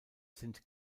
sind